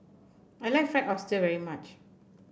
I like Fried Oyster very much